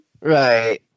right